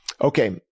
Okay